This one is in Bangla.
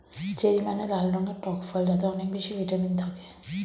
চেরি মানে লাল রঙের টক ফল যাতে অনেক বেশি ভিটামিন থাকে